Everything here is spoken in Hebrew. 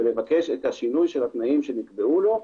ולבקש את השינוי של התנאים שנקבעו לו.